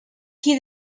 qui